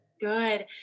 Good